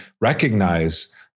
recognize